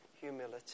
humility